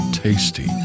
Tasty